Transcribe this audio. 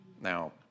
Now